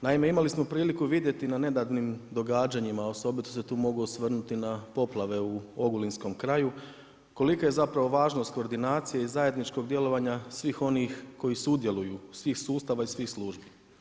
Naime imali smo priliku vidjeti na nedavnim događanjima, osobito se tu mogu osvrnuti na poplave u Ogulinskom kraju kolika je zapravo važnost koordinacije i zajedničkog djelovanja svih onih koji sudjeluju, svih sustava i svih službi.